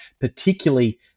particularly